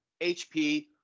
HP